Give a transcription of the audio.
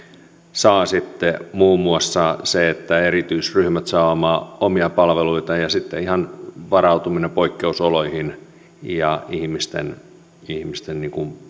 saa sitten muun muassa sitä että erityisryhmät saavat omia palveluitaan ja sitten ihan varautumista poikkeusoloihin ja ihmisten ihmisten